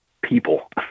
people